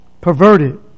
perverted